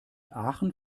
aachen